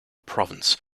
provence